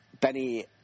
Benny